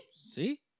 See